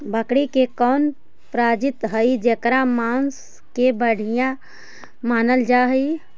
बकरी के कौन प्रजाति हई जेकर मांस के बढ़िया मानल जा हई?